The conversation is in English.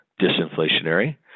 disinflationary